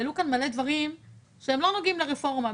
העלו כאן דברים רבים שלא נוגעים לרפורמה.